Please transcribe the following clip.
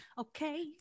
okay